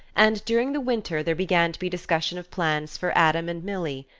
and during the winter there began to be discussion of plans for adam and milly.